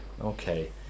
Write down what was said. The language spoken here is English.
Okay